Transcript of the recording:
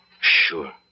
Sure